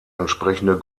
entsprechende